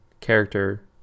character